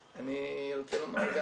אני רוצה לומר,